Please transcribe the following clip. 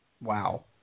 Wow